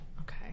okay